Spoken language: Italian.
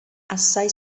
assai